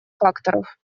факторов